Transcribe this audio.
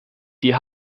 die